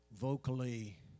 vocally